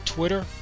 Twitter